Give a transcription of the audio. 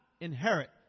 inherit